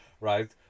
Right